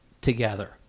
together